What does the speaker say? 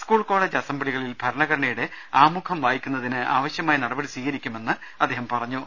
school college അസംബ്ലികളിൽ ഭര ണഘടനയുടെ ആമുഖം വായിക്കുന്നതിന് ആവശ്യമായ നടപടി സ്വീകരിക്കു മെന്ന് അദ്ദേഹം പറഞ്ഞു